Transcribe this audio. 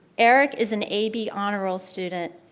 eric is an ab honor roll student.